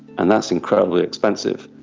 and that's incredibly expensive.